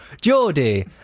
Geordie